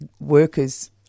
workers